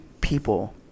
people